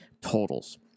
totals